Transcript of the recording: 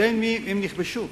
מידי מי הם נכבשו?